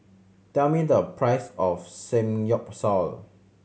tell me the price of Samgyeopsal